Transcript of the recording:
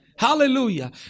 Hallelujah